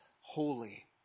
holy